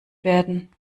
werden